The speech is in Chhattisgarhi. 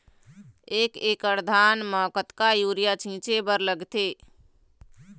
एक एकड़ धान म कतका यूरिया छींचे बर लगथे?